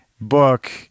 book